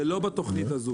זה לא בתוכנית הזו.